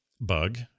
bug